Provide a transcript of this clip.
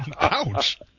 Ouch